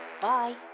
Bye